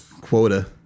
Quota